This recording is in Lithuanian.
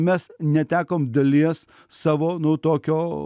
mes netekom dalies savo nu tokio